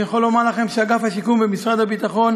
אני יכול לומר לכם שאגף השיקום במשרד הביטחון